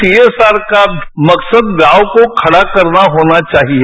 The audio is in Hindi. सी एस आर का मकसद गांव को खड़ा करना होना चाहिए